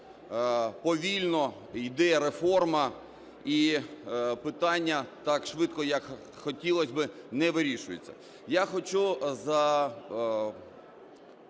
повільно йде реформа і питання, так швидко, як хотілось би, не вирішується.